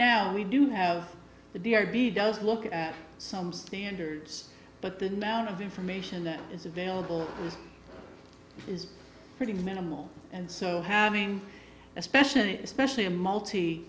now we do have the r v does look at some standards but the noun of information that is available is pretty minimal and so having especially especially a multi